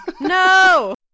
no